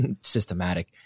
systematic